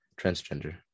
transgender